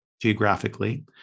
geographically